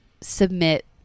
submit